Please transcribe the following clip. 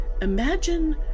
Imagine